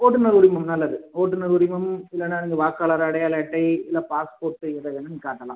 ஓட்டுநர் உரிமம் நல்லது ஓட்டுநர் உரிமம் இல்லைனா இந்த வாக்காளர் அடையாள அட்டை இல்லை பாஸ்போர்ட் எதை வேணாலும் காட்டலாம்